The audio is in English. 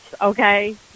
okay